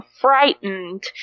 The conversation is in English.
frightened